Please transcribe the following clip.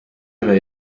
üle